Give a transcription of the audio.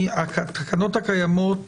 התקנות הקיימות